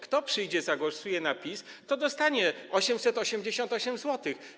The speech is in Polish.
Kto przyjdzie i zagłosuje na PiS, to dostanie 888 zł.